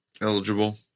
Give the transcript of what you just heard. eligible